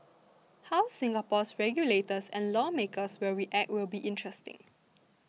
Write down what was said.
how Singapore's regulators and lawmakers will react will be interesting